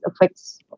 affects